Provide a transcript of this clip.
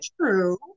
true